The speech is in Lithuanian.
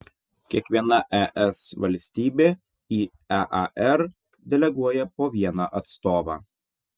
kiekviena es valstybė į ear deleguoja po vieną atstovą